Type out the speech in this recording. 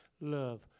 love